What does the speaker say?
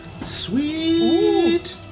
Sweet